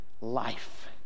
life